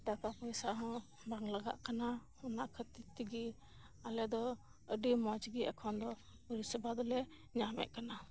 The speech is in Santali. ᱴᱟᱠᱟᱯᱚᱭᱥᱟ ᱦᱚᱸ ᱵᱟᱝ ᱞᱟᱜᱟᱜ ᱠᱟᱱᱟ ᱚᱱᱟ ᱠᱷᱟᱛᱤᱨ ᱛᱮᱜᱮ ᱟᱞᱮ ᱫᱚ ᱟᱰᱤ ᱢᱚᱸᱡᱽ ᱜᱮ ᱮᱠᱷᱚᱱ ᱫᱚ ᱯᱚᱨᱤᱥᱮᱵᱟ ᱫᱚᱞᱮ ᱧᱟᱢᱮᱫ ᱠᱟᱱᱟ